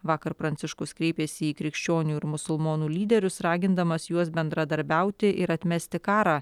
vakar pranciškus kreipėsi į krikščionių ir musulmonų lyderius ragindamas juos bendradarbiauti ir atmesti karą